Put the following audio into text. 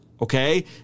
Okay